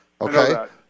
Okay